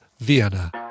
vienna